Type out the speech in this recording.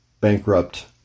bankrupt